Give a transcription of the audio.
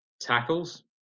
tackles